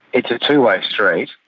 it's a two-way street.